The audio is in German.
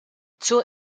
zur